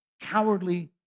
Cowardly